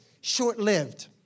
short-lived